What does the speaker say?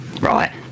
right